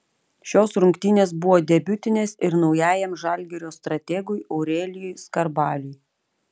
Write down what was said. šios rungtynės buvo debiutinės ir naujajam žalgirio strategui aurelijui skarbaliui